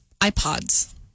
iPods